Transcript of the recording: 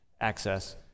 access